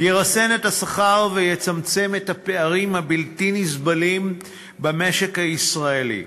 ירסן את השכר ויצמצם את הפערים הבלתי-נסבלים במשק הישראלי.